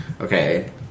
Okay